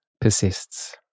persists